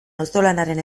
auzolanaren